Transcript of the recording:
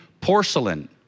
porcelain